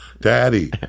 Daddy